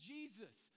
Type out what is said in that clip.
Jesus